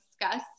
discuss